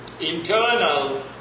internal